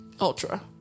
ultra